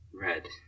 red